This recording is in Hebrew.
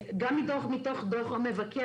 גם מתוך דוח המבקר,